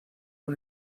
una